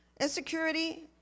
Insecurity